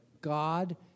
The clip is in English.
God